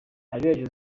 areruya